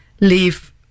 leave